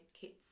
kits